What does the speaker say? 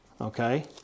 Okay